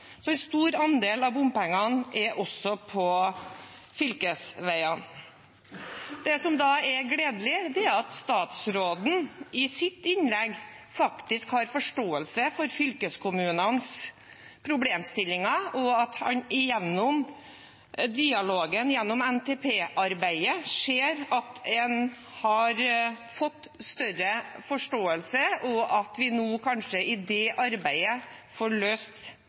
en stor andel av bompengene er også på fylkesveiene. Det som er gledelig, er at statsråden i sitt innlegg faktisk har forståelse for fylkeskommunenes problemstillinger, at han gjennom dialogen om NTP-arbeidet ser at en har fått større forståelse, og at vi nå kanskje i det arbeidet får løst